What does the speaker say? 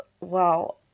wow